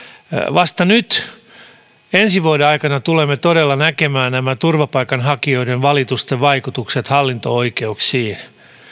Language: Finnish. vasta nyt ensi vuoden aikana tulemme todella näkemään nämä turvapaikanhakijoiden valitusten vaikutukset hallinto oikeuksiin